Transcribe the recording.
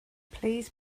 please